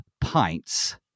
pints